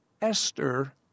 Esther